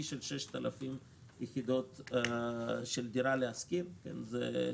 של 6,000 דירות של דירה להשכיר ששווקו.